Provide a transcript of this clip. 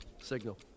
Signal